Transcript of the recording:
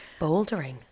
Bouldering